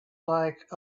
like